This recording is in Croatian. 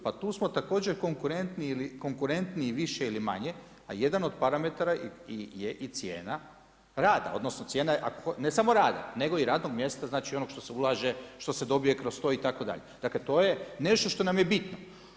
Pa tu smo također konkurentni ili konkurentniji više ili manje a jedan od parametara je i cijena rada, odnosno cijena, ne samo rada nego i radnog mjesta, znači onog što se ulaže, što se dobije kroz to itd., dakle to je nešto što nam je bitno.